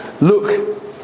look